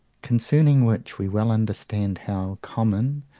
concerning which we well understand how, common,